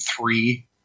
three